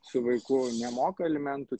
su vaiku nemoka alimentų